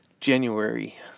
January